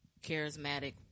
charismatic